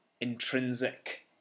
intrinsic